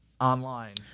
online